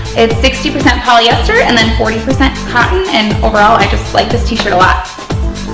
it's sixty percent polyester and then forty percent cotton and overall i just like this t-shirt a lot.